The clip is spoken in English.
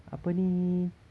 apa ni